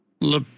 Le